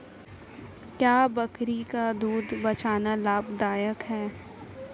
क्या बकरी का दूध बेचना लाभदायक है?